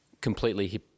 completely